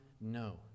No